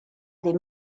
des